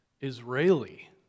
Israeli